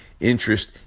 interest